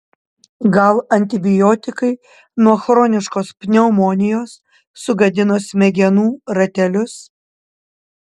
gal antibiotikai nuo chroniškos pneumonijos sugadino smegenų ratelius